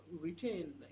retain